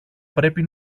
πρέπει